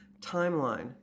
timeline